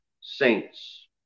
saints